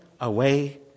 away